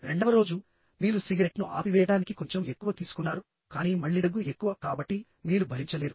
రెండవ రోజు మీరు సిగరెట్ను ఆపివేయడానికి కొంచెం ఎక్కువ తీసుకున్నారు కానీ మళ్లీ దగ్గు ఎక్కువ కాబట్టి మీరు భరించలేరు